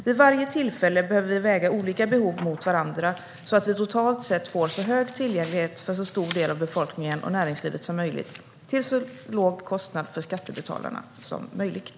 Vid varje tillfälle behöver vi väga olika behov mot varandra så att vi totalt sett får så hög tillgänglighet för så stor del av befolkningen och näringslivet som möjligt till så låg kostnad för skattebetalarna som möjligt.